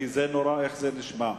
כי זה נשמע נורא.